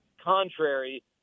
contrary